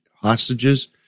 hostages